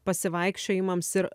pasivaikščiojimams ir